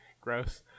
Gross